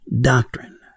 doctrine